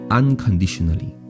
unconditionally